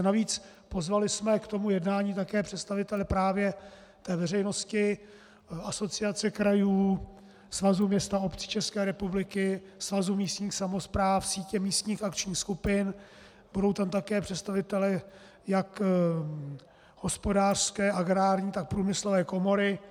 Navíc jsme pozvali k jednání také představitele právě veřejnosti, Asociace krajů, Svazu měst a obcí České republiky, Svazu místních samospráv, sítě místních akčních skupin, budou tam také představitelé jak hospodářské, agrární, tak průmyslové komory.